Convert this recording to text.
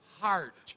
heart